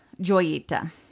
Joyita